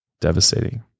devastating